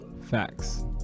facts